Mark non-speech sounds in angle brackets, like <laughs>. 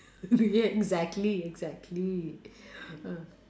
<laughs> yes exactly exactly <breath> uh